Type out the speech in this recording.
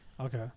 okay